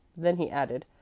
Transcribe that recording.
then he added,